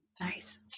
Nice